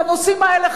בנושאים האלה,